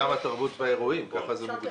זה עולם התרבות והאירועים, ככה זה מוגדר.